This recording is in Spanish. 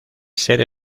ser